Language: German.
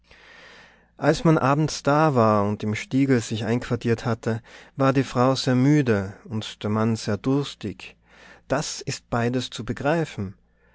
als man abends da war und im stiegl sich einquartiert hatte war die frau sehr müde und der mann sehr durstig das ist beides zu begreifen